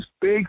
big